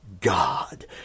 God